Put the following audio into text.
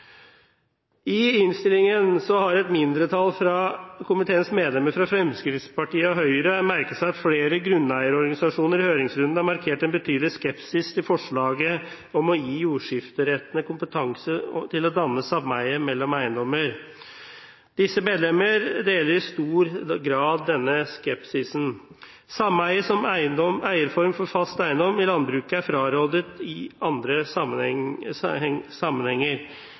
I innstillingen har et mindretall – komiteens medlemmer fra Fremskrittspartiet og Høyre – merket seg at flere grunneierorganisasjoner i høringsrunden har markert en betydelig skepsis til forslaget om å gi jordskifterettene kompetanse til å danne sameie mellom eiendommer. Disse medlemmer deler i stor grad denne skepsisen. Sameie som eierform for fast eiendom i landbruket er frarådet i andre sammenhenger.